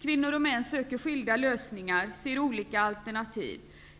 Kvinnor och män söker skilda lösningar och ser olika alternativ.